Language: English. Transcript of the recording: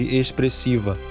expressiva